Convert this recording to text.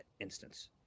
instance